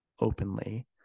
openly